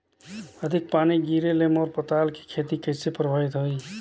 अधिक पानी गिरे ले मोर पताल के खेती कइसे प्रभावित होही?